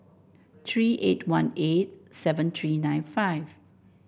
three eight one eight seven three nine five